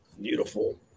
beautiful